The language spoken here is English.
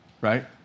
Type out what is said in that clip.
right